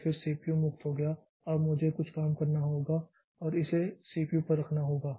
तो फिर से सीपीयू मुक्त हो गया अब मुझे कुछ काम करना होगा और इसे सीपीयू पर रखना होगा